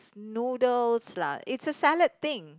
noodles lah it's a salad thing